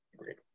agreed